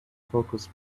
focus